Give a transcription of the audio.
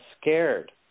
scared